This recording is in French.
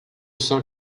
cent